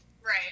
Right